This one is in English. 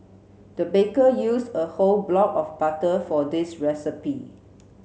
the baker used a whole block of butter for this recipe